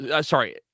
sorry